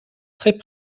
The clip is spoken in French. très